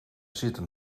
zitten